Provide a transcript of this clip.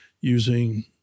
using